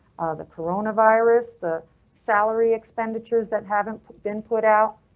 the coronavirus, the salary expenditures that haven't been put out,